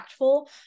impactful